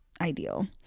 ideal